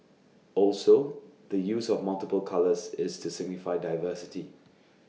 also the use of multiple colours is to signify diversity